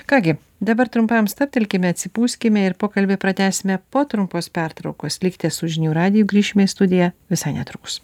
ką gi dabar trumpam stabtelkime atsipūskime ir pokalbį pratęsime po trumpos pertraukos likte su žinių radiju grįšime į studiją visai netrukus